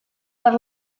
per